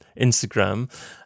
Instagram